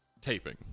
taping